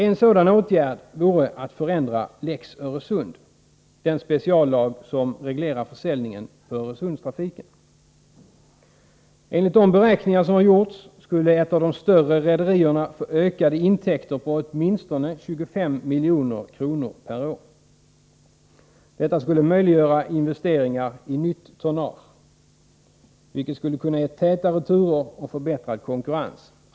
En sådan åtgärd vore att förändra ”lex Öresund” — den speciallag som reglerar försäljningen på Öresundstrafiken. Enligt de beräkningar som har gjorts skulle ett av de större rederierna då få ökade intäkter på åtminstone 25 milj.kr. per år. Detta skulle möjliggöra investeringar i nytt tonnage, vilket skulle kunna ge tätare turer och förbättrad konkurrens.